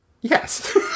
Yes